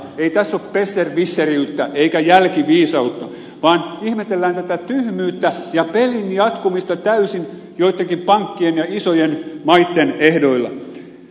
ei tässä ole besserwisseriyttä eikä jälkiviisautta vaan ihmetellään tätä tyhmyyttä ja pelin jatkumista täysin joittenkin pankkien ja isojen maitten ehdoilla